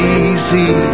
easy